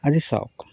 আজি চাওক